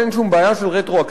אין שום בעיה של רטרואקטיביות,